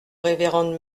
révérende